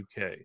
UK